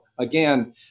Again